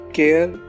care